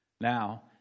Now